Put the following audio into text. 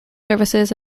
services